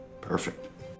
Perfect